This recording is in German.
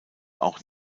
auch